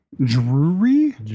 drury